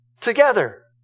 together